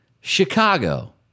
Chicago